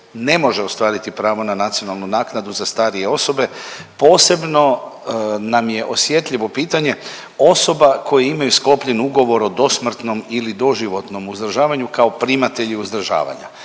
ne može ostvariti pravo na nacionalnu naknadu za starije osobe, posebno nam je osjetljivo pitanje osoba koje imaju sklopljen ugovor o dosmrtnom ili doživotnom uzdržavanju kao primatelji uzdržavanja.